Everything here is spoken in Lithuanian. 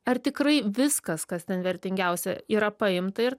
ar tikrai viskas kas ten vertingiausia yra paimta ir